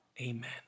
Amen